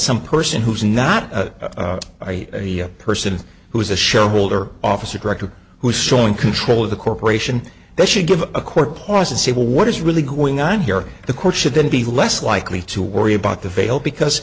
some person who's not the person who is a shareholder officer director who is showing control of the corporation that should give a court pause and say well what is really going on here the court should then be less likely to worry about the veil because